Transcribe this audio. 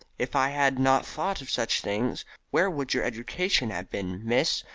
if i had not thought of such things where would your education have been, miss?